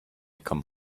come